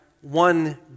one